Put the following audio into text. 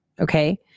okay